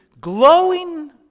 glowing